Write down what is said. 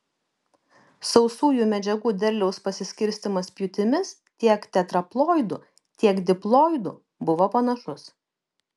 sausųjų medžiagų derliaus pasiskirstymas pjūtimis tiek tetraploidų tiek diploidų buvo panašus